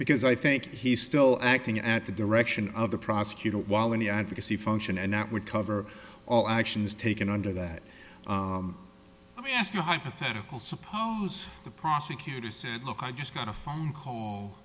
because i think he's still acting at the direction of the prosecutor while any advocacy function and that would cover all actions taken under that let me ask you a hypothetical suppose the prosecutor said look i just got a phone call